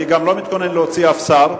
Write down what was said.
אני גם לא מתכונן להוציא אף שר,